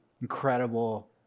incredible